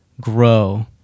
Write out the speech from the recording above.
grow